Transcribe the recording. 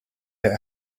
your